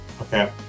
Okay